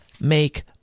Make